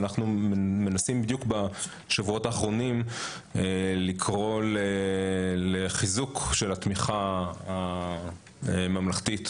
אנחנו מנסים בדיוק בשבועות האחרונים לקרוא לחיזוק של התמיכה הממלכתית